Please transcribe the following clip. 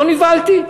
לא נבהלתי.